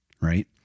right